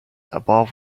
above